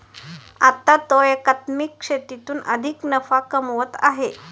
आता तो एकात्मिक शेतीतून अधिक नफा कमवत आहे